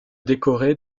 décoré